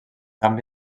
també